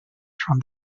from